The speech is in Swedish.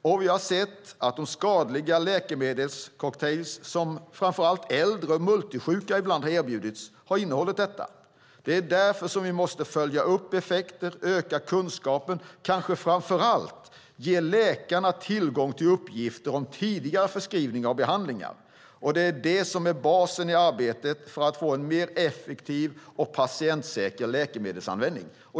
Och vi har sett att de skadliga läkemedelscocktailar som framför allt äldre och multisjuka ibland har erbjudits har innehållit detta. Därför måste vi följa upp effekterna, öka kunskaperna och framför allt ge läkarna tillgång till uppgifter om tidigare förskrivningar och behandlingar. Det är det som är basen i arbetet för att få en mer effektiv och patientsäker läkemedelsanvändning.